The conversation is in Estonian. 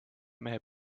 mehed